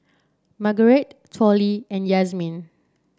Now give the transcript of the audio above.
Margurite Tollie and Yazmin